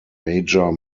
major